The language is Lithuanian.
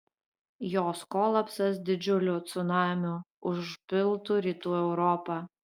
jos kolapsas didžiuliu cunamiu užpiltų rytų europą